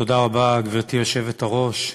תודה רבה, גברתי היושבת-ראש.